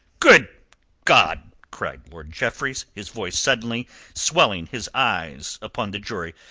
good god! cried lord jeffreys, his voice suddenly swelling, his eyes upon the jury.